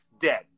dead